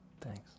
thanks